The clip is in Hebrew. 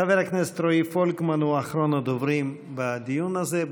חבר הכנסת רועי פולקמן הוא אחרון הדוברים בדיון הזה.